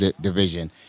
division